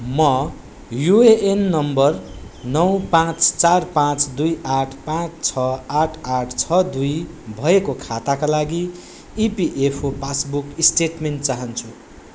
म UAN number नौ पाँच चार पाँच दुई आठ पाँच छ आठ आठ छ दुई भएको खाताका लागि इपीएफओ पासबुक स्टेटमेन्ट चाहन्छु